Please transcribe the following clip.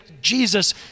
Jesus